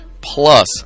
plus